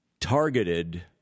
targeted